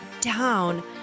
down